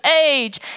age